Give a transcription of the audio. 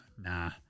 Nah